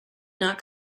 not